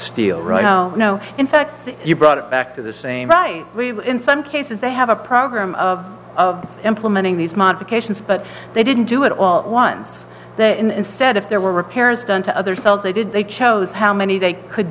steel right now no in fact if you brought it back to the same right we would in some cases they have a program of of implementing these modifications but they didn't do it all at once instead if there were repairs done to other cells they did they chose how many they could